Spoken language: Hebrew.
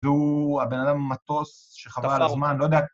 זהו הבן אדם מטוס שחבל על הזמן, לא יודעת...